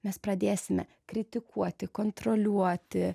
mes pradėsime kritikuoti kontroliuoti